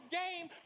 game